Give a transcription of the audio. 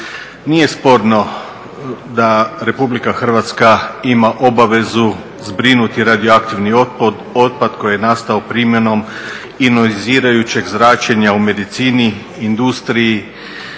Nije sporno da Republika Hrvatska ima obavezu zbrinuti radioaktivni otpad koji je nastao primjenom …/Govornik se ne razumije./… zračenja u medicini, industriji,